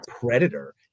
predator